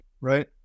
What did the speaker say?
Right